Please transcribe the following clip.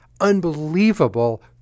unbelievable